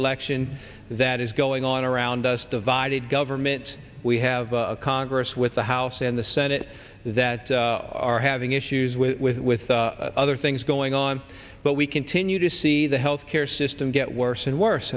election that is going on around us divided government we have a congress with the house and the senate that are having issues with other things going on but we continue to see the health care system get worse and worse